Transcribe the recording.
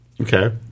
Okay